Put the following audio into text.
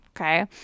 Okay